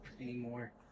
anymore